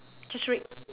just read